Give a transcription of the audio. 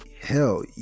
hell